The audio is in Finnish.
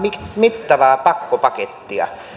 mittavaa pakkopakettia